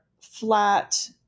flat